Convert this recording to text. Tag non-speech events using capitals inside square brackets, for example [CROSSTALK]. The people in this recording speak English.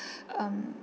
[BREATH] um